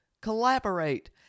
collaborate